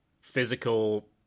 physical